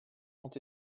ont